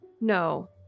no